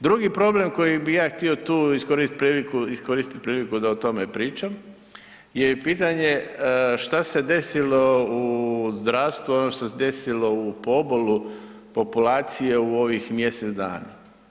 Drugi problem koji ja htio tu iskoristiti priliku da o tome pričam je i pitanje što se desilo u zdravstvu, ono što se desilo u pobolu populacije u ovih mjesec dana.